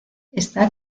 está